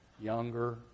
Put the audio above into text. younger